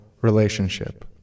relationship